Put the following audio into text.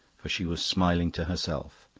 for she was smiling to herself,